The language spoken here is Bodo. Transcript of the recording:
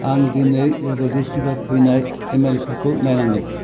आं दिनै जगदिसनिफ्राय फैनाय इमेइलफोरखौ नायनांगोन